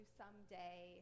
someday